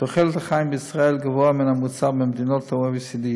תוחלת החיים בישראל גבוהה מן הממוצע במדינות ה-OECD.